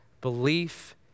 belief